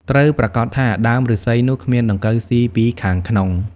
ត្រូវប្រាកដថាដើមឫស្សីនោះគ្មានដង្កូវស៊ីពីខាងក្នុង។